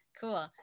Cool